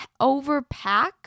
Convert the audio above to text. overpack